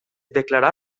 declarà